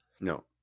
No